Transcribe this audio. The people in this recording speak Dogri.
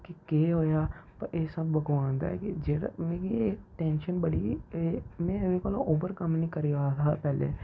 केह् होऐआ पर एह् सब्ब भगवान दा कि जेह्ड़ा मिगी ऐ टैंशन बड़ी ही में ओवरकम नी करी पा दा हा पैह्ले